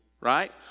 right